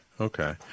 Okay